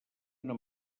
una